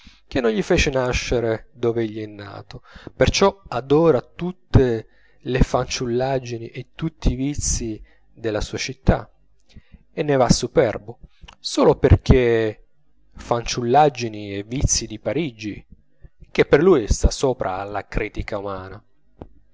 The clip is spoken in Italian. che non gli fece nascere dove egli è nato perciò adora tutte le fanciullaggini e tutti i vizii della sua città e ne va superbo solo perchè sono fanciullaggini e vizii di parigi che per lui sta sopra alla critica umana